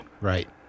Right